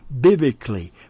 biblically